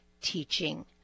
teaching